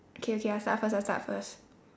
okay okay I start first I start first